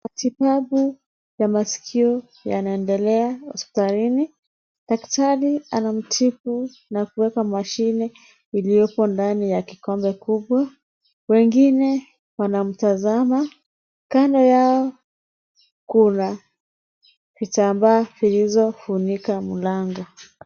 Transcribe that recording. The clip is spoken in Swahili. Matibabu ya masikio yanaendelea hospitalini. Daktari anamtibu na kuweka mashine iliyopo ndani ya kikombe kubwa. Wengine wanamtazama. Kando yao kuna vitambaa zilizofunika mlango